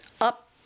up